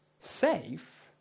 Safe